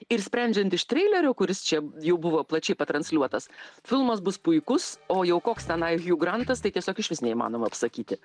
ir sprendžiant iš treilerio kuris čia jau buvo plačiai pa transliuotas filmas bus puikus o jau koks tenai hju grantas tai tiesiog išvis neįmanoma apsakyti